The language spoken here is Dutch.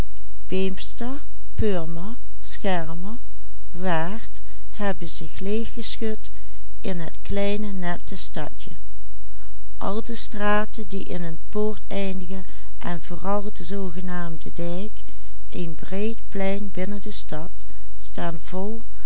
kleine nette stadje al de straten die in een poort eindigen en vooral de zoogenaamde dijk een breed plein binnen de stad staan vol